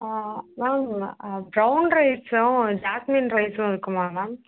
ma'am brown ரைஸ்ஸும் jasmine ரைஸ்ஸும் இருக்குமா மேம்